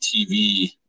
TV